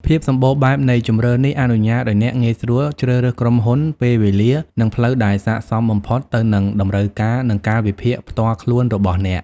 ភាពសម្បូរបែបនៃជម្រើសនេះអនុញ្ញាតឱ្យអ្នកងាយស្រួលជ្រើសរើសក្រុមហ៊ុន ពេលវេលា និងផ្លូវដែលស័ក្តិសមបំផុតទៅនឹង តម្រូវការ និងកាលវិភាគផ្ទាល់ខ្លួន របស់អ្នក។